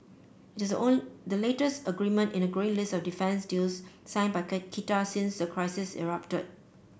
it is own the latest agreement in a grow list of defence deals signed by Qatar since the crisis erupted